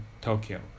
Tokyo